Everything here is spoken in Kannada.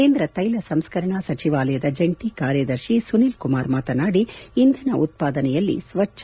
ಕೇಂದ್ರ ತೈಲ ಸಂಸ್ಕರಣಾ ಸಚಿವಾಲಯದ ಜಂಟಿ ಕಾರ್ಯದರ್ಶಿ ಸುನಿಲ್ ಕುಮಾರ್ ಮಾತನಾಡಿ ಇಂಧನ ಉತ್ಪಾದನೆಯಲ್ಲಿ ಸ್ವಚ್ನ